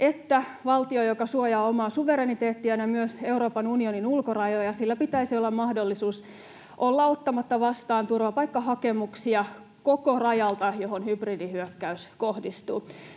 että valtiolla, joka suojaa omaa suvereniteettiaan ja myös Euroopan unionin ulkorajoja, pitäisi olla mahdollisuus olla ottamatta vastaan turvapaikkahakemuksia koko rajalta, johon hybridihyökkäys kohdistuu.